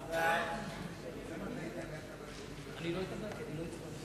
2010. ההצעה להעביר את הצעת חוק ההתגוננות האזרחית (תיקון מס'